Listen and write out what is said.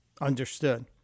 Understood